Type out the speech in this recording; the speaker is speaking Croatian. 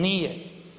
Nije.